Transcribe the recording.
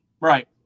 Right